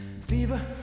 Fever